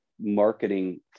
marketing